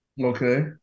Okay